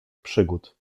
przygód